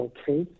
Okay